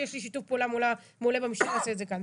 יש לי שיתוף פעולה מול המשטרה, נעשה את זה כאן.